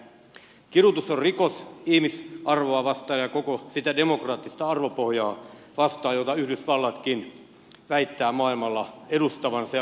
kidutus on rikos ihmisarvoa ja koko sitä demokraattista arvopohjaa vastaan jota yhdysvallatkin väittää maailmalla edustavansa ja puolustavansa